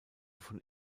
von